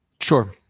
Sure